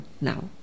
now